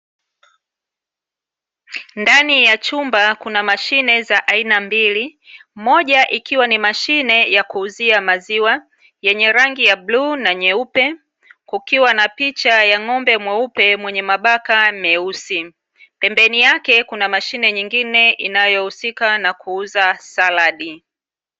Ndani ya chumba kuna mashine za aina mbili; moja ikiwa ni mashine ya kuuzia maziwa, yenye rangi ya bluu na nyeupe, kukiwa na picha ya ng'ombe mweupe mwenye mabaka meusi, pembeni yake kuna mashine nyingine inayohusika na kuuza saladi.